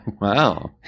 Wow